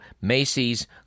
Macy's